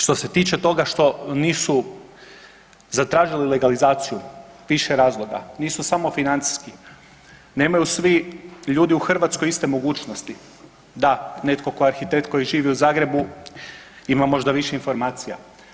Što se tiče toga što nisu zatražili legalizaciju više razloga, nisu samo financijski, nemaju svi ljudi u Hrvatskoj iste mogućnosti, da netko kao arhitekt koji živi u Zagrebu ima možda više informacija.